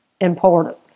important